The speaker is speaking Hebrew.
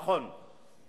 נכון.